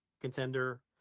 contender